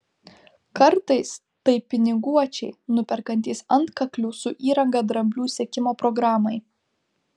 kartais tai piniguočiai nuperkantys antkaklių su įranga dramblių sekimo programai